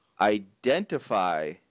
Identify